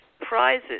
prizes